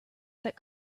that